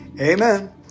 Amen